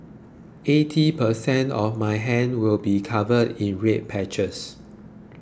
eighty per cent of my hand will be covered in red patches